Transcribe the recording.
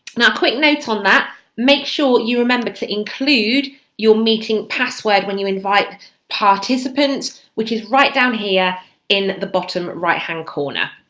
now a quick note on that make sure you remember to include your meeting password when you invite participants which is right down here in the bottom right hand corner.